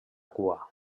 cua